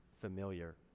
familiar